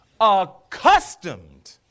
Accustomed